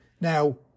Now